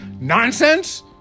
Nonsense